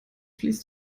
fließt